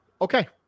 Okay